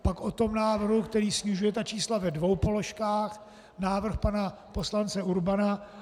Pak o tom návrhu, který snižuje ta čísla ve dvou položkách, návrh pana poslance Urbana.